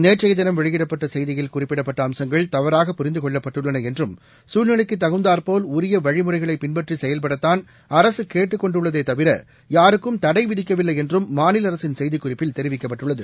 நேற்றைய தினம் வெளியிடப்பட்ட செய்தியில் குறிப்பிடப்பட்ட அம்சங்கள் தவறாக புரிந்து கொள்ளப்பட்டுள்ளன என்றும் சூழ்நிலைக்கு தகுந்தாற்போல் உரிய வழிமுறைகளை பின்பற்றி செயல்படத்தான் அரசு கேட்டுக் கொண்டுள்ளதே தவிர யாருக்கும் தடைவிதிக்கவில்லை என்றும் மாநில அரசின் செய்திக்குறிப்பில் தெரிவிக்கப்பட்டுள்ளது